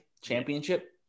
championship